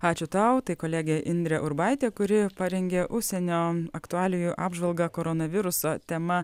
ačiū tau tai kolegė indrė urbaitė kuri parengė užsienio aktualijų apžvalgą koronaviruso tema